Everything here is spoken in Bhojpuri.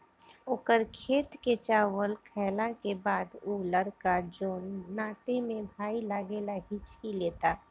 ओकर खेत के चावल खैला के बाद उ लड़का जोन नाते में भाई लागेला हिच्की लेता